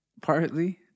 Partly